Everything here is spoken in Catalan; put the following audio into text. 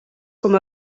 com